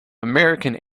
american